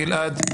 גלעד.